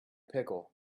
pickle